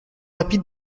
rapide